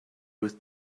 with